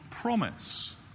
promise